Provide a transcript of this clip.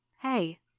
Hey